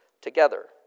together